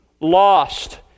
Lost